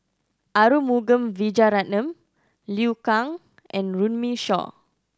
Arumugam Vijiaratnam Liu Kang and Runme Shaw